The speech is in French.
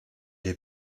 est